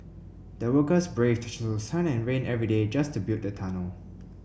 the workers braved through sun and rain every day just to build the tunnel